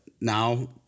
now